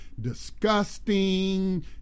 disgusting